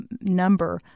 number